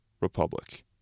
Republic